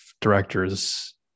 directors